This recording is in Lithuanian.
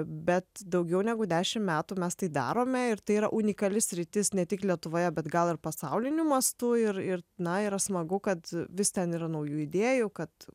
bet daugiau negu dešimt metų mes tai darome ir tai yra unikali sritis ne tik lietuvoje bet gal ir pasauliniu mastu ir ir na yra smagu kad vis ten yra naujų idėjų kad